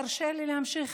תרשה לי להמשיך,